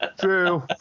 True